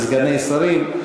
סגני שרים,